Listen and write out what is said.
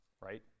right